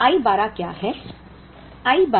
अब I 12 क्या है